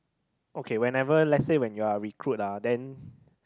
okay whenever let's say when you're recruit ah then